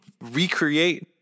recreate